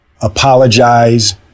apologize